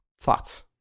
thoughts